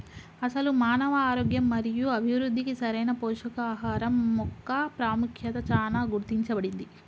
అసలు మానవ ఆరోగ్యం మరియు అభివృద్ధికి సరైన పోషకాహరం మొక్క పాముఖ్యత చానా గుర్తించబడింది